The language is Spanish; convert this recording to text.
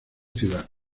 ciudad